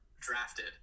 drafted